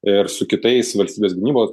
ir su kitais valstybės gynybos